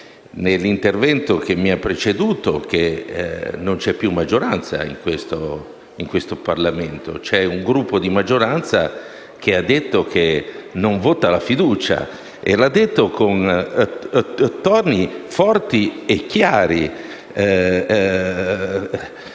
l'intervento che mi ha preceduto e il fatto che non ci sia più maggioranza in questo Parlamento. C'è un Gruppo di maggioranza che ha detto che non vota la fiducia e l'ha detto con toni forti e chiari.